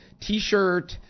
t-shirt